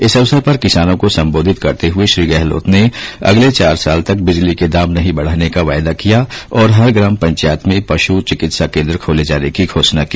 इस अवसर पर किसानों को संबोधित करते हुए श्री गहलोत ने अगले चार साल तक बिजली के दाम नहीं बढाने का वायदा किया और हर ग्राम प्रचायंत में पशु चिकित्सा केंद्र खोले जाने की घोषणा की